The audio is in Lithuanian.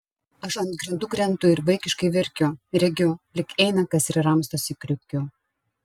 aš ant grindų krentu ir vaikiškai verkiu regiu lyg eina kas ir ramstosi kriukiu